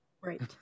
Right